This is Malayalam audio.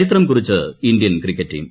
ചരിത്രം കുറിച്ച് ഇന്ത്യൻ ക്രിക്കറ്റ് ടീം